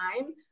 time